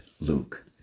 luke